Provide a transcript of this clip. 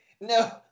No